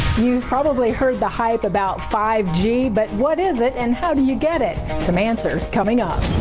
you probably heard the hype about five g but what is it and how do you get it. some answers coming up.